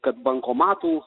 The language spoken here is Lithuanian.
kad bankomatų